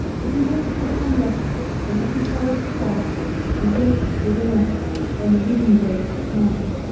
yet he walks behind us in every forest path and wakes within us when the wind wakes at night.